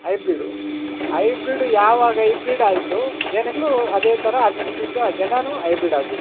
hybrid hybrid ಯಾವಾಗ ಹೈಬ್ರಿಡಾಯಿತು ಜನಗಳು ಅದೇ ಥರ ಅದನ್ನು ತಿಂದ ಜನನೂ ಹೈಬ್ರಿಡ್ ಆಗ್ಬಿಟ್ರು